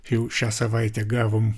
jau šią savaitę gavom